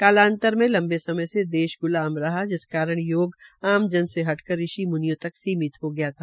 कालांतर में लम्बे समय से देश गुलाम रहा जिस कारण योग आम जन से हटकर ऋषि मुनियों तक सीमित हो गया था